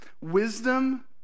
Wisdom